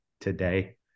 today